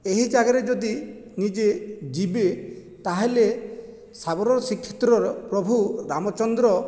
ଏହି ଜାଗାରେ ଯଦି ନିଜେ ଯିବେ ତାହେଲେ ଶାବର ଶ୍ରୀକ୍ଷେତ୍ରର ପ୍ରଭୁ ରାମଚନ୍ଦ୍ର